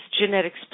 genetics